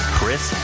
Chris